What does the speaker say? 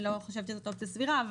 אני לא חושבת שזו אופציה סבירה.